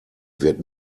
wird